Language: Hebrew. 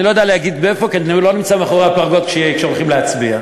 אני לא יודע להגיד מאיפה כי אני לא נמצא מאחורי הפרגוד כשהולכים להצביע.